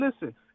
listen